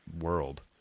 world